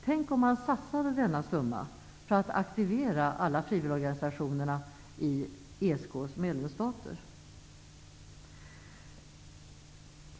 Tänk om man satsade denna summa för att aktivera alla frivilligorganisationer i ESK:s medlemsstater. Herr talman!